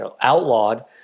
outlawed